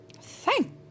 Thank